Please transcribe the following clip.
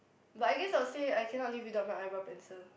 but I guess I will say I cannot live without my eyebrow pencil